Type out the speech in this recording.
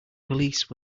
police